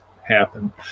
happen